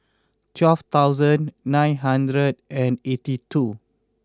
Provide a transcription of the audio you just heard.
twelve thousand nine hundred eighty two